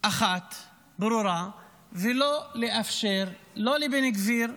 אחת ברורה ולא לאפשר לא לבן גביר,